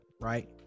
right